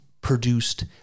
produced